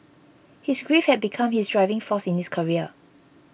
his grief had become his driving force in his career